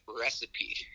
recipe